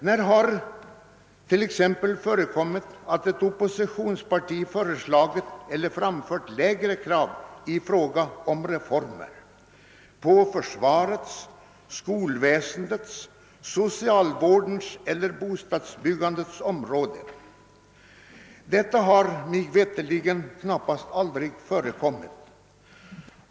När har det t.ex. förekommit att ett oppositionsparti framfört lägre krav i fråga om reformer på försvarets, skolväsendets, socialvårdens eller bostadsbyggandets område? Mig veterligen har det nästan aldrig förekommit.